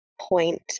point